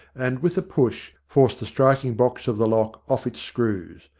and, with a push, forced the striking-box of the lock off its screws.